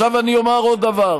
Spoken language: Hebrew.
עכשיו אני אומר עוד דבר.